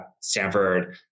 Stanford